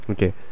Okay